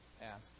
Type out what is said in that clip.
ask